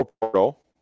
portal